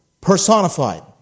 personified